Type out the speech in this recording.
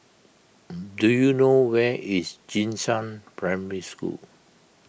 do you know where is Jing Shan Primary School